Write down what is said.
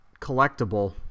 collectible